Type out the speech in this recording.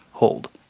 Hold